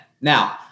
Now